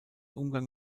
umgang